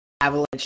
Avalanche